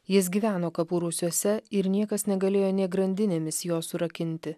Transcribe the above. jis gyveno kapų rūsiuose ir niekas negalėjo nė grandinėmis jo surakinti